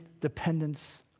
dependence